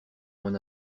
mon